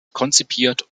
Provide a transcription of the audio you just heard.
konzipiert